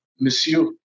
monsieur